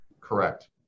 Correct